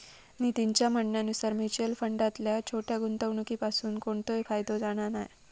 नितीनच्या म्हणण्यानुसार मुच्युअल फंडातल्या छोट्या गुंवणुकीपासून कोणतोय फायदो जाणा नाय